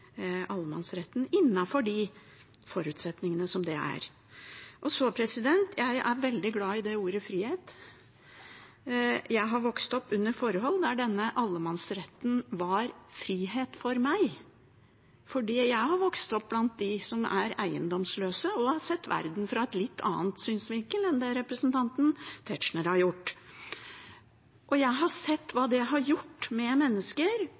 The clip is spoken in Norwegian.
allemannsretten, innenfor de forutsetningene som er. Jeg er veldig glad i ordet «frihet». Jeg har vokst opp under forhold der allemannsretten var frihet for meg, for jeg har vokst opp blant eiendomsløse og sett verden fra en litt annen synsvinkel enn det representanten Tetzschner har gjort. Jeg har sett hva det har gjort med mennesker